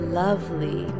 lovely